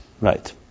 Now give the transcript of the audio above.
Right